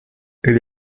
elle